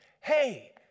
Hey